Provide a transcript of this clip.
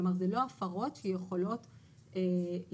כלומר, אלה לא הפרות שיכולות להיות מופרות.